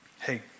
Hey